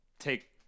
take